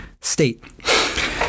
state